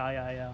ya ya